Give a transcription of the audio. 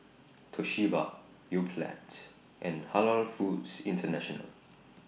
Toshiba Yoplait and Halal Foods International